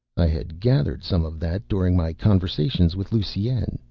i had gathered some of that during my conversations with lusine,